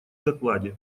докладе